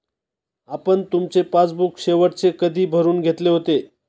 आपण तुमचे पासबुक शेवटचे कधी भरून घेतले होते?